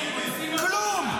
כלום.